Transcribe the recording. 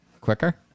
quicker